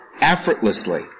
effortlessly